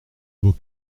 beau